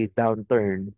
downturn